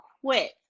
quit